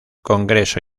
congreso